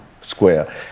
square